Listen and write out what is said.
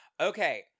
okay